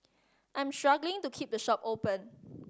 I'm struggling to keep the shop open